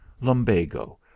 lumbago